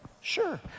Sure